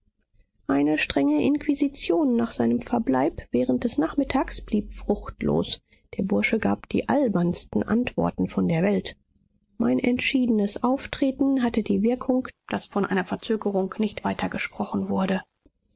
eine strenge inquisition nach seinem verbleib während des nachmittags blieb fruchtlos der bursche gab die albernsten antworten von der welt mein entschiedenes auftreten hatte die wirkung daß von einer verzögerung nicht weiter gesprochen wurde